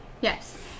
Yes